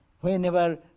whenever